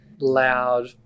loud